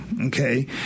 Okay